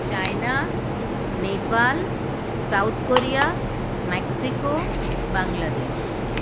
China Nepal South Korea Mexico Bangladesh